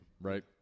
right